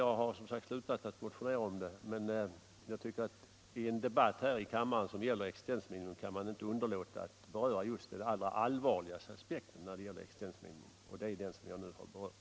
Jag har som sagt slutat att motionera om detta, men jag tycker att man i en debatt här i kammaren som gäller existensminimum inte kan underlåta att ta upp den allvarligaste aspekten på existensminimum, och det är den som jag just nu berört.